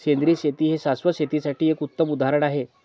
सेंद्रिय शेती हे शाश्वत शेतीसाठी एक उत्तम उदाहरण आहे